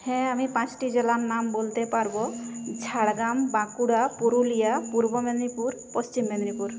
হ্যাঁ আমি পাঁচটি জেলার নাম বলতে পারব ঝাড়গ্রাম বাঁকুড়া পুরুলিয়া পূর্ব মেদিনীপুর পশ্চিম মেদিনীপুর